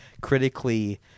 critically